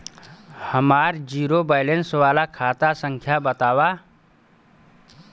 हमार zero balance वाला खाता संख्या वतावा?